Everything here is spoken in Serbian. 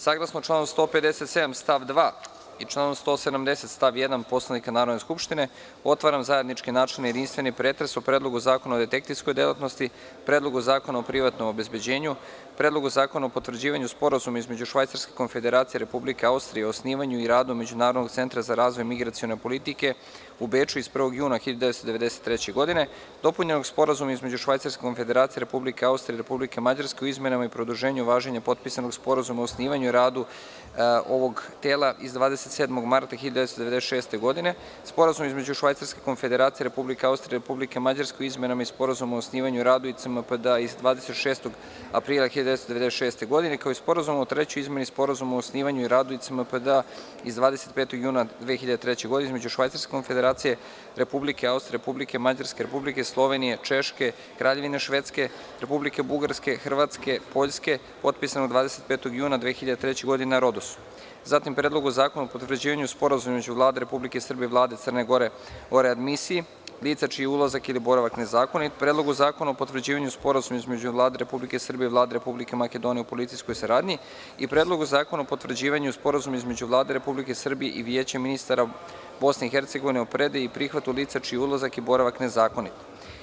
Saglasno članu 157. stav 2. i članu 170. stav 1. Poslovnika Narodne skupštine, otvaram zajednički načelni i jedinstveni pretres o Predlogu zakona o detektivskoj delatnosti, Predlogu zakona o privatnom obezbeđenju, Predlogu zakona o potvrđivanju Sporazuma između Švajcarske Konfederacije i Republike Austrije o osnivanju i radu Međunarodnog centra za razvoj migracione politike u Beču iz 1. juna 1993. godine dopunjenog Sporazuma između Švajcarske Konfederacije, Republike Austrije i Republike Mađarske o izmenama i produženju važenja potpisanog Sporazuma o osnivanju i radu ovog tela iz 27. marta 1996. godine, Sporazum između Švajcarske Konfederacije, Republike Austrije i Republike Mađarske o izmenama Sporazuma o osnivanju i radu ICMPD-a iz 26. aprila 1996. godine, kao i Sporazum o trećoj izmeni Sporazuma o osnivanju i radu ICMPD-a iz 25. juna 2003. godine između Švajcarske Konfederacije, Republike Austrije, Republike Mađarske, Republike Slovenije, Češke Republike, Kraljevine Švedske, Republike Bugarske, Republike Hrvatske i Republike Poljske, potpisanog 25. juna 2003. godine na Rodosu, zatim Predlogu zakona o potvrđivanju Sporazuma između Vlade Republike Srbije i Vlade Crne Gore o readmisiji, lica čiji ulazak ili boravak nezakonit, Predlogu zakona o potvrđivanju Sporazuma između Vlade Republike Srbije i Vlade Republike Makedonije o policijskoj saradnji i Predlogu zakona o potvrđivanju Sporazuma između Vlade Republike Srbije i Vijeća ministara Bosne i Hercegovine o predaji i prihvatu lica čiji je ulazak i boravak nezakonit.